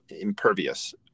impervious